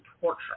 torture